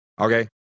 okay